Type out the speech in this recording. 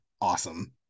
Awesome